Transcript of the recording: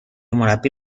مربی